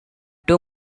two